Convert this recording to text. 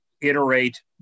iterate